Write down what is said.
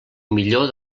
millor